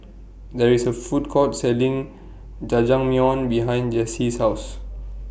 There IS A Food Court Selling Jajangmyeon behind Jesse's House